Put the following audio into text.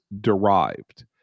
derived